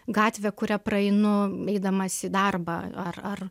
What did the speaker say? gatvė kuria praeinu eidamas į darbą ar ar